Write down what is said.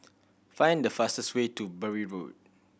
find the fastest way to Bury Road